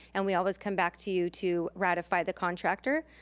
and we always come back to you to ratify the contractor.